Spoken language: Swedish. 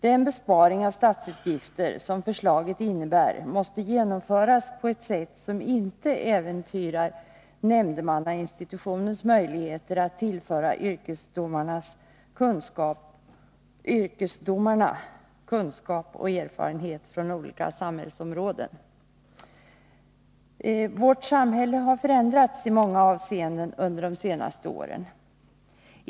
Den besparing av statsutgifter som förslaget innebär måste genomföras på ett sätt som inte äventyrar nämndemannainstitutionens möjligheter att tillföra yrkesdomarna kunskap och erfarenheter från olika samhällsområden. Vårt samhälle har förändrats i många avseenden under de senaste åren.